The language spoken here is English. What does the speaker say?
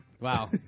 Wow